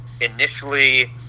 initially